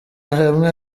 hamwe